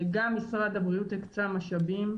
גם משרד הבריאות הקצה משאבים,